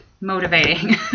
motivating